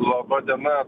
laba diena